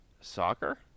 Soccer